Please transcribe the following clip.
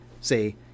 say